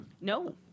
No